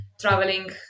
traveling